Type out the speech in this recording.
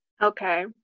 Okay